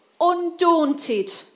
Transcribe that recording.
undaunted